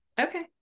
Okay